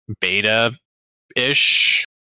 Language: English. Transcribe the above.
beta-ish